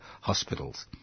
hospitals